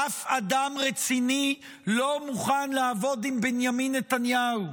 אף אדם רציני לא מוכן לעבוד עם בנימין נתניהו,